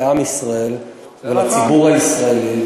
לעם ישראל ולציבור הישראלי,